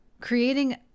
creating